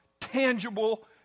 tangible